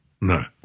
No